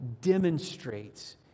demonstrates